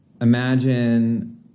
imagine